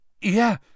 Yeah